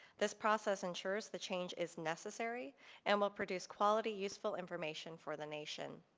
this process insures the change is necessary and will produce quality useful information for the nation.